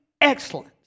excellence